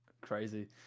crazy